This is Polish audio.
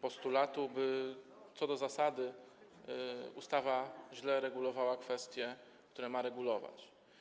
postulatu, że co do zasady ustawa źle reguluje kwestie, które ma regulować.